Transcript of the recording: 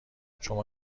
شما